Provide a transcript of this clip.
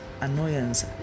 annoyance